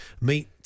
meet